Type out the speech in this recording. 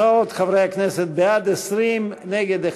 חברי הכנסת: בעד, 20, נגד,